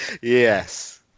yes